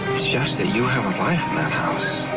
it's just that you have a life in that house.